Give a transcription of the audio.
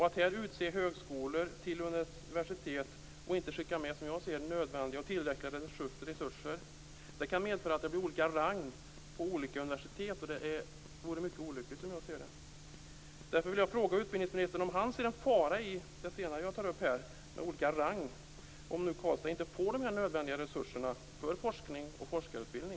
Att här utse högskolor till universitet och inte skicka med som jag ser det nödvändiga och tillräckliga resurser kan medföra att det blir olika rang på olika universitet. Det vore mycket olyckligt som jag ser det. Därför vill jag fråga utbildningsministern om han ser en fara i det senare som jag tar upp här, detta med olika rang, om nu Karlstad inte får de nödvändiga resurserna för forskning och forskarutbildning.